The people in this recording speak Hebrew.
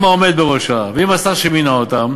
עם העומד בראשה ועם השר שמינה אותה,